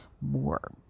more